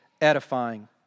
edifying